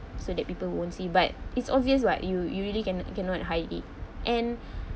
so that people won't see but it's obvious [what] you you really cann~ cannot hide it and